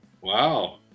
Wow